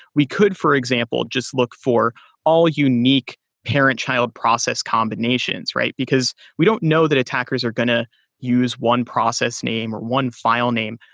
we could, for example, just look for all unique parent-child process combinations, because we don't know that attackers are going to use one process name or one file name,